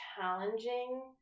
challenging